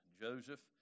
Joseph